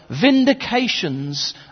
vindications